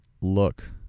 look